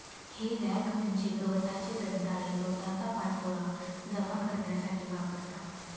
हे रॅक म्हणजे गवताचे दंताळे गवताचा पाचोळा जमा करण्यासाठी वापरतात